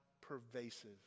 pervasive